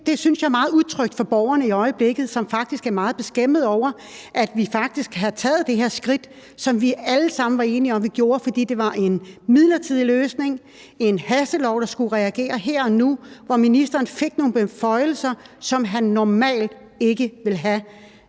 Jeg synes, det er meget utrygt for borgerne i øjeblikket, som faktisk er meget beklemte ved , at vi har taget det her skridt, som vi alle sammen var enige om vi tog, fordi det var en midlertidig løsning, altså en hastelov, så man kunne reagere her og nu, og hvor ministeren i det her tilfælde fik nogle beføjelser, som han normalt ikke ville have.